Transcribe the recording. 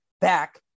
back